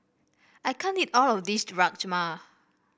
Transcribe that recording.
I can't eat all of this Rajma